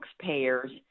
taxpayers